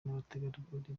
n’abategarugori